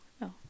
no